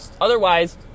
Otherwise